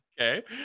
Okay